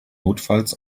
notfalls